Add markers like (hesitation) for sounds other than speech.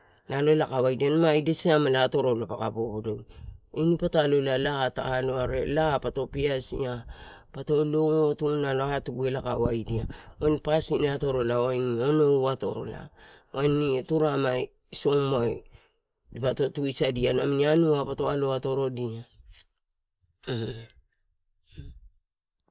Nalo elae kae waidia ma ida siamela atorola peka popodoidia. Ini patalo laa ta alo are laa pato peasia, pato lotu nalo atuguelae kae waida waini pasin atorola waini onou atorola (unintelligible) turamai some dipato tusadia namini anua pato aio atorodia. (hesitation)